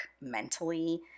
mentally